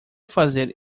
fazer